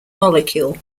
molecule